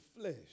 flesh